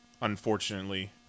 Unfortunately